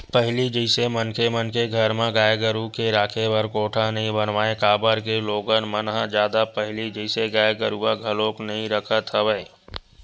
पहिली जइसे मनखे मन के घर म गाय गरु के राखे बर कोठा नइ बनावय काबर के लोगन मन ह जादा पहिली जइसे गाय गरुवा घलोक नइ रखत हवय